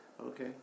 Okay